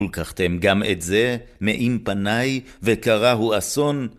ולקחתם גם את זה מעם פניי, וקרהו אסון.